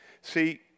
See